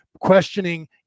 Questioning